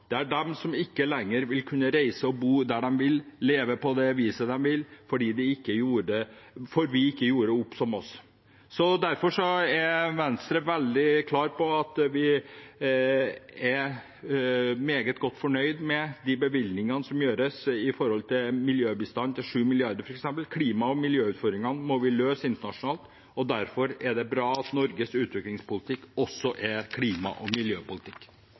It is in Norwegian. der de vil, leve på det viset de vil, fordi vi ikke gjorde opp for oss. Derfor er Venstre veldig klare på at vi er meget godt fornøyd med de bevilgningene som gjøres, f.eks. 7 mrd. kr til miljøbistand. Klima- og miljøutfordringene må vi løse internasjonalt, derfor er det bra at Norges utviklingspolitikk også er klima- og